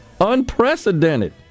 Unprecedented